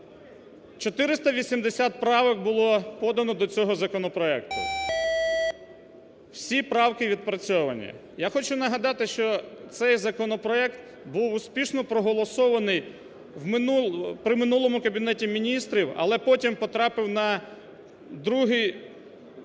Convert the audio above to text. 480 правок було подано до цього законопроекту. Всі правки відпрацьовані. Я хочу нагадати, що цей законопроект був успішно проголосований при минулому Кабінеті Міністрів, але потім потрапив на друге